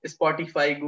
Spotify